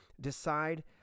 decide